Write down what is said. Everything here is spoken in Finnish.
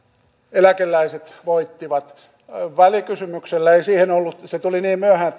eläkeläiset voittivat välikysymyksellä ei siinä ollut merkitystä se tuli niin myöhään